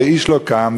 ואיש לא קם,